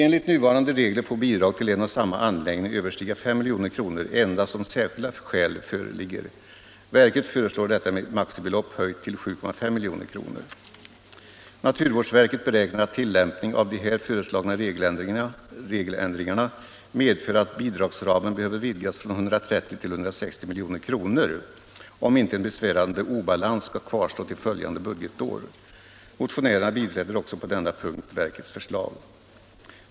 Enligt nuvarande regler får bidrag till en och samma anläggning överstiga 5 milj.kr. endast om särskilda skäl föreligger. Verket föreslår detta maximibelopp höjt till 7,5 milj.kr. Naturvårdsverket beräknar att tillämpning av de här föreslagna regeländringarna medför att bidragsramen behöver vidgas från 130 till 160 milj.kr. om inte en besvärande obalans skall kvarstå till följande budgetår. Motionärerna biträder också på denna punkt verkets förslag.